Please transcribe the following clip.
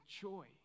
joy